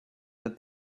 that